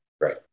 Right